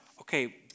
Okay